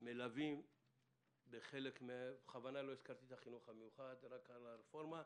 מלווים בחלק ובכוונה לא הזכרתי את החינוך המיוחד רק על הרפורמה,